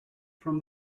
from